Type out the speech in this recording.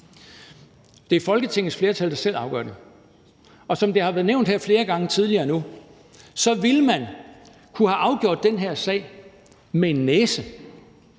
Det er Folketingets flertal, der selv afgør det. Og som det nu har været nævnt flere gange tidligere, ville man kunne have afgjort den her sag med en næse.